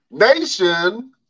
Nation